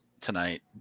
tonight